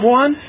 one